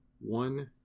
one